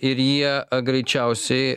ir jie greičiausiai